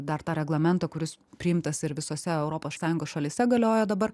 dar tą reglamentą kuris priimtas ir visose europos sąjungos šalyse galioja dabar